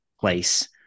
place